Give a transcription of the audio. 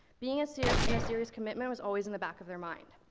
being a seri in a serious commitment was always in the back of their mind.